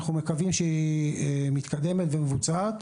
אנחנו מקווים שהיא מתקדמת ומבוצעת.